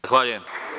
Zahvaljujem.